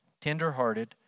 tender-hearted